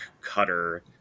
cutter